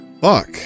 fuck